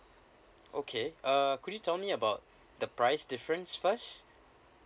okay uh could you tell me about the price difference first